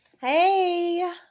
Hey